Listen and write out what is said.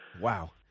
Wow